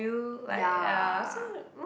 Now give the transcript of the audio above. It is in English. ya